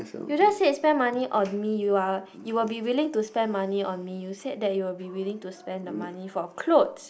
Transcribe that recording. you just said spend money on me you are you will be willing to spend money on me you said that you will be willing to spend the money for clothes